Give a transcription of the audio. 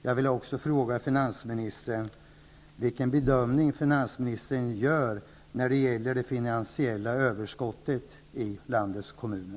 Jag vill också fråga finansministern vilken bedömning hon gör när det gäller det finansiella överskottet i landets kommuner.